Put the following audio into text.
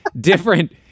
different